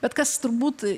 bet kas turbūt